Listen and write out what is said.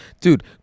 dude